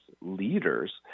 leaders